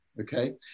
Okay